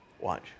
Watch